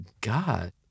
God